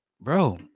Bro